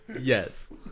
Yes